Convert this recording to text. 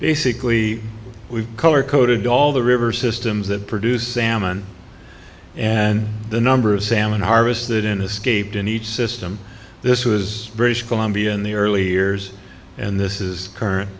basically we color coded all the river systems that produce salmon and the number of salmon harvested in escaped in each system this was british columbia in the early years and this is current